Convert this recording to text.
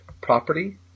property